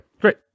great